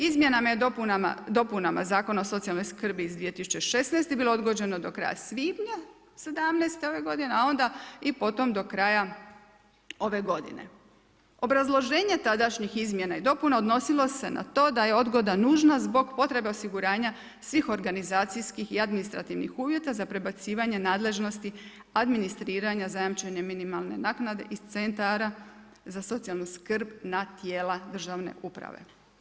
Izmjenama i dopunama zakona o socijalnoj skrbi iz 2016. bilo je odgođeno do kraja svibnja, 2017. ove g. a onda i potom do kraja ove g. Obrazloženje tadašnjih izmjena i dopuna, odnosilo se na to da je odgoda nužna zbog potrebe osiguranja svih organizacijskih i administrativnih uvjeta, za prebacivanje nadležnosti, administriranja, zajamčene minimalne naknade iz centara za socijalnu skrb na tijela države uprave.